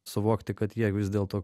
suvokti kad jie vis dėlto